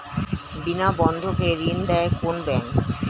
বিনা বন্ধক কে ঋণ দেয় কোন ব্যাংক?